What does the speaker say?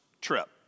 trip